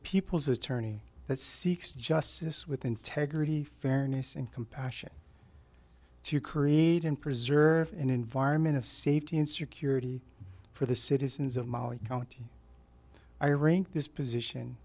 people's attorney that seeks justice with integrity fairness and compassion to create and preserve an environment of safety and security for the citizens of maui county i arrange this position